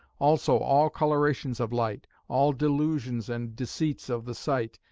also all colourations of light all delusions and deceits of the sight,